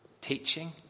Teaching